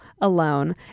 alone